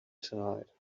tonight